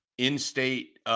In-state